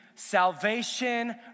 salvation